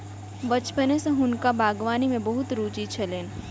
बचपने सॅ हुनका बागवानी में बहुत रूचि छलैन